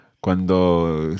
Cuando